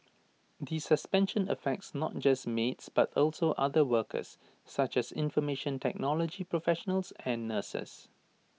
the suspension affects not just maids but also other workers such as information technology professionals and nurses